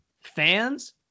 Fans